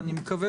אני מקווה,